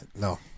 No